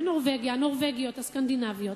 בנורבגיה ובמדינות הסקנדינביות,